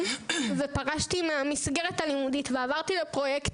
פרשתי מהמסגרת הלאומית ועברתי לפרוייקט.